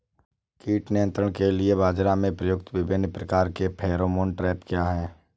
कीट नियंत्रण के लिए बाजरा में प्रयुक्त विभिन्न प्रकार के फेरोमोन ट्रैप क्या है?